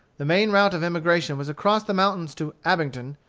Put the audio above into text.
the main route of emigration was across the mountains to abingdon,